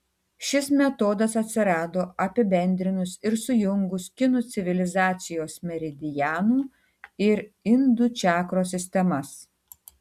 šis metodas atsirado apibendrinus ir sujungus kinų civilizacijos meridianų ir indų čakros sistemas